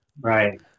Right